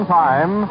time